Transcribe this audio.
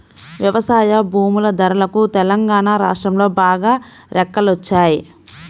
వ్యవసాయ భూముల ధరలకు తెలంగాణా రాష్ట్రంలో బాగా రెక్కలొచ్చాయి